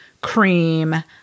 cream